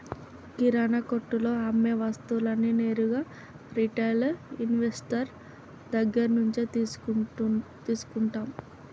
కిరణా కొట్టులో అమ్మే వస్తువులన్నీ నేరుగా రిటైల్ ఇన్వెస్టర్ దగ్గర్నుంచే తీసుకుంటన్నం